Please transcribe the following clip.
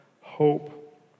hope